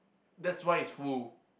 that's why it's full